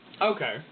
Okay